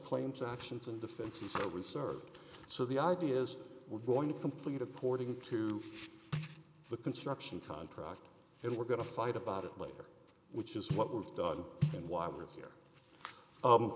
claims actions and defenses are reserved so the idea is we're going to complete a porting to the construction contract and we're going to fight about it later which is what we've done and why